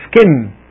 skin